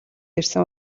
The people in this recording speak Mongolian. ирсэн